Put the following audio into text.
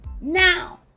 Now